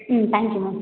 ம் thank you ma'am